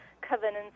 covenants